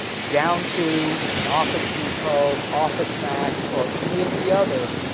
down to an office depot, office max, or any of the other.